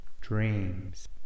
Dreams